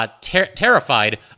terrified